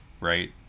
right